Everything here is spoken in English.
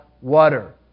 water